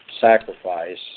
sacrifice